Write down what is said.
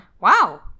Wow